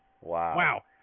wow